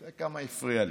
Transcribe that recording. תראה כמה הוא הפריע לי.